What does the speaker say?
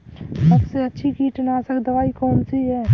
सबसे अच्छी कीटनाशक दवाई कौन सी है?